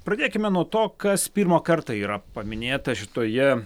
pradėkime nuo to kas pirmą kartą yra paminėta šitoje